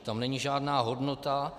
Tam není žádná hodnota.